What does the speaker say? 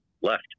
left